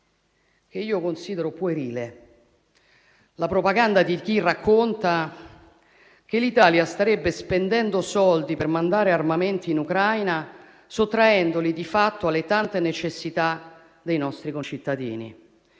che considero puerile la propaganda di chi racconta che l'Italia starebbe spendendo soldi per mandare armamenti in Ucraina sottraendoli di fatto alle tante necessità dei nostri concittadini.